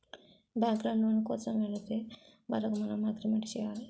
బ్యాంకులకు లోను కోసం వెళితే వాళ్లకు మనం అగ్రిమెంట్ చేయాలి